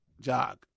Jog